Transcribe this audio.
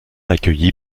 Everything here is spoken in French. accueilli